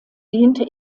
diente